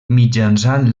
mitjançant